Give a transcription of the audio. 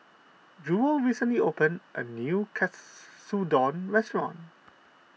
Jewel recently opened a new Katsudon restaurant